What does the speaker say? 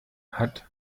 hat